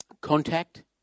contact